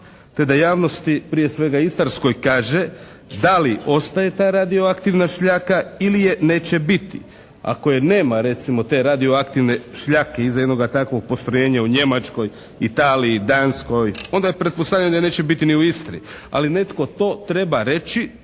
te da javnosti, prije svega istarskoj, kaže da li ostaje ta radioaktivna šljaka ili je neće biti. Ako je nema, recimo te radioaktivne šljake, iza jednoga takvog postrojenja u Njemačkoj, Italiji, Danskoj onda pretpostavljam da je neće biti ni u Istri. Ali netko to treba reći,